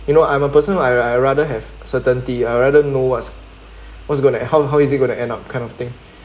you know I'm a person I I rather have certainty I will rather know what's what's going to how how is it going to end up kind of thing